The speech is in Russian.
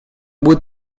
будет